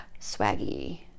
Swaggy